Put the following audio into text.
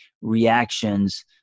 reactions